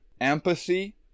empathy